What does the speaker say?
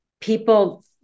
people